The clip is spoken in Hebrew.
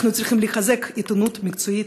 אנחנו צריכים לחזק עיתונות מקצועית,